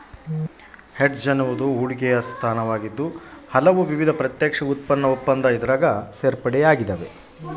hedge ಎನ್ನುವುದು ಹೂಡಿಕೆಯ ಸ್ಥಾನವಾಗಿದ್ದು ಹಲವು ವಿಧದ ಪ್ರತ್ಯಕ್ಷ ಉತ್ಪನ್ನ ಒಪ್ಪಂದ ಇದ್ರಾಗ ಸೇರ್ಯಾವ